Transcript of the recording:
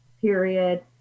period